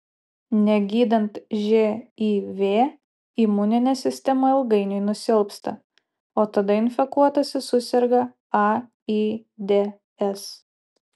negydant živ imuninė sistema ilgainiui nusilpsta o tada infekuotasis suserga aids